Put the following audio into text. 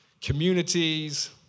communities